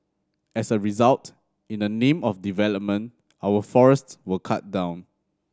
as a result in the name of development our forests were cut down